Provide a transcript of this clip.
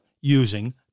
using